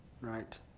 Right